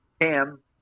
Cam